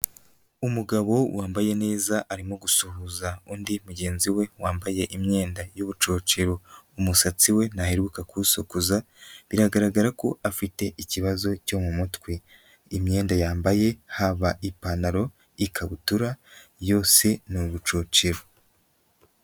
Umugabo wambaye neza arimo gusuhuza undi mugenzi we wambaye imyenda y'ubucoce. Umusatsi we ntaheruka kuwusokoza, biragaragara ko afite ikibazo cyo mu mutwe. Imyenda yambaye, haba ipantaro, ikabutura yose ni ubucocero.